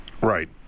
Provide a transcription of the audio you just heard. Right